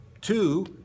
two